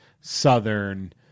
southern